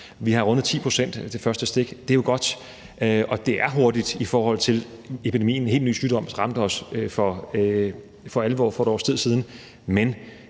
stik, rundet 10 pct. Det er jo godt, og det er hurtigt, i forhold til at epidemien, en helt ny sygdom, ramte os for alvor for et års tid